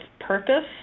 purpose